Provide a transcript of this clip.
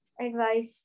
advice